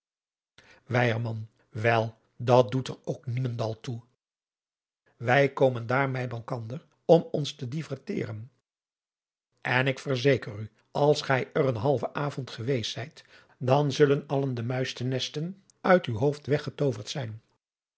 wel dat doet er ook niemendal toe wij komen daar bij malkaâr om ons te diverteren en ik verzeker u als gij er een halven avond geweest zijt dan zullen alle de muizennesten uit uw hoofd weggetooverd zijn